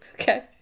Okay